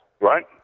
right